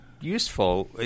useful